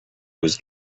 was